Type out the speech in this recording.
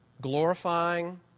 glorifying